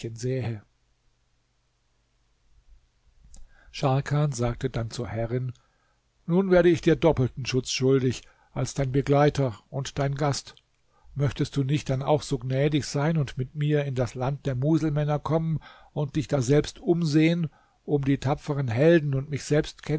scharkan sagte dann zur herrin nun werde ich dir doppelten schutz schuldig als dein begleiter und dein gast möchtest du nicht dann auch so gnädig sein und mit mir in das land der muselmänner kommen und dich daselbst umsehen um die tapferen helden und mich selbst